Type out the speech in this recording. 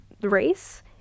race